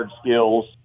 skills